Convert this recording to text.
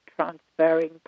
transferring